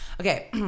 okay